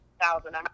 thousand